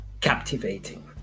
captivating